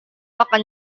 akan